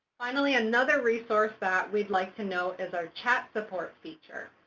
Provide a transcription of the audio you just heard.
finally, another resource that we'd like to note is our chat support feature.